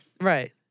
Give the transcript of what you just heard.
Right